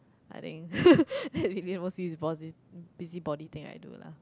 I think that's mostly is busy~ busybody thing I do lah